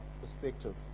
perspective